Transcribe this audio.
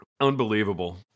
Unbelievable